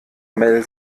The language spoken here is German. mel